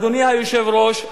אדוני היושב-ראש,